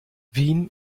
wien